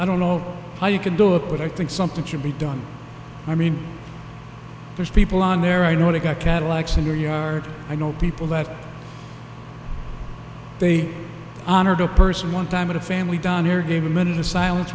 i don't know how you can do it but i think something should be done i mean there's people on there i know you've got cadillacs in your yard i know people that they honored a person one time at a family down here gave a minute of silence